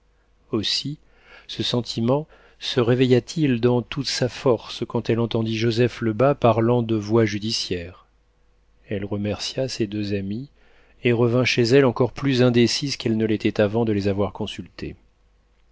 aussi ce sentiment se réveilla t il dans toute sa force quand elle entendit joseph lebas parlant de voies judiciaires elle remercia ses deux amis et revint chez elle encore plus indécise qu'elle ne l'était avant de les avoir consultés